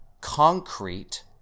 concrete